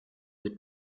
des